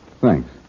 Thanks